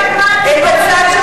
איזה צד פרגמטי,